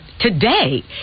today